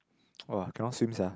[wah] cannot swim sia